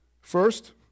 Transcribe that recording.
First